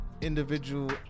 individual